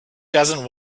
doesn’t